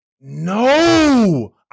No